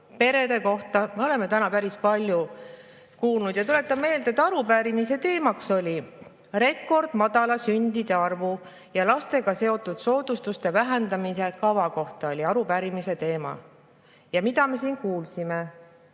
perede kohta me oleme täna päris palju kuulnud. Tuletan meelde, et arupärimise teema oli rekordmadala sündide arvu ja lastega seotud soodustuste vähendamise kava. See oli arupärimise teema. Ja mida me siin kuulsime?